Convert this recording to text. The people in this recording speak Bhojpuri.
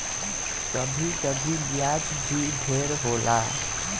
कभी कभी ब्याज भी ढेर होला